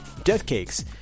Deathcakes